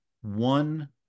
one